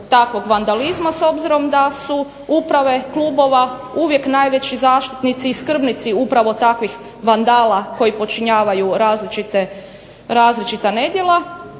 takvog vandalizma s obzirom da su uprave klubova uvijek najveći zaštitnici i skrbnici upravo takvih vandala koji počinjavaju različita nedjela.